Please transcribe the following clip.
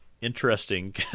interesting